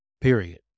period